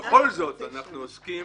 כל זאת אנחנו עוסקים